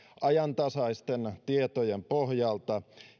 ajantasaisten tietojen pohjalta